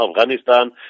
Afghanistan